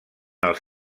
els